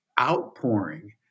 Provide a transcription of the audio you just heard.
outpouring